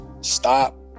stop